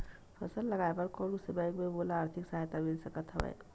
फसल लगाये बर कोन से बैंक ले मोला आर्थिक सहायता मिल सकत हवय?